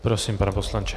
Prosím, pane poslanče.